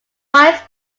vice